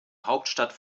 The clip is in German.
hauptstadt